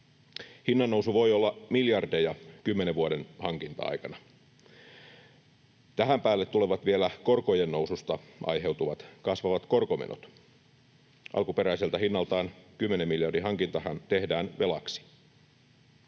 Hinnan nousu voi olla miljardeja kymmenen vuoden hankinta-aikana. Tähän päälle tulevat vielä korkojen noususta aiheutuvat kasvavat korkomenot. Alkuperäiseltä hinnaltaan 10 miljardin hankintahan tehdään velaksi.